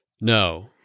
No